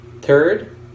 Third